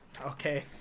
okay